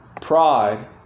pride